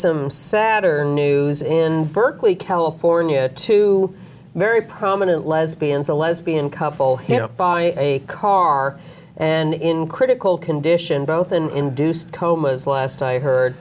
some saturn news in berkeley california two very prominent lesbians a lesbian couple him by a car and in critical condition both an induced comas last i heard